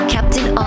Captain